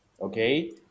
Okay